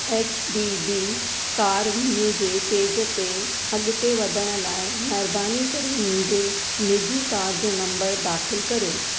H D B car वीमे जे page ते अॻिते वधण लाए महिरबानी करे मुंहिंजी निजी कार जो नंबर दाख़िलु कर्यो